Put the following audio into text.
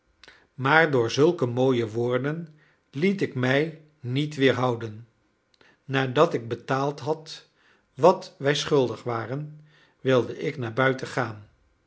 maar door zulke mooie woorden liet ik mij niet weerhouden nadat ik betaald had wat wij schuldig waren wilde ik naar buiten gaan